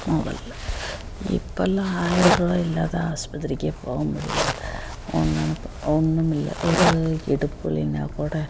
முதலில் இப்போல்லாம் ஆயர்ரூவா இல்லாத ஹாஸ்பத்திரிக்கே போக முடியாது ஒன்னொன்றுப் ஒன்றும் இல்லை ஒரு இடுப்பு வலினாக் கூட